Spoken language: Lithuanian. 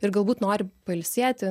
ir galbūt nori pailsėti